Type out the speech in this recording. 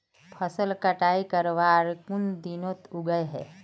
फसल कटाई करवार कुन दिनोत उगैहे?